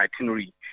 itinerary